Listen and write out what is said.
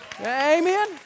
Amen